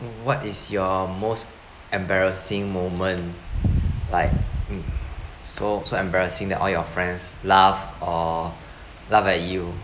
what is your most embarrassing moment like mm so so embarrassing that all your friends laugh uh laugh at you